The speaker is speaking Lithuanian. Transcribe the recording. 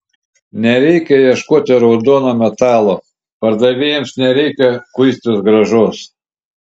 nereikia ieškoti raudono metalo pardavėjams nereikia kuistis grąžos